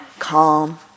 Calm